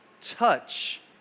touch